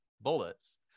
bullets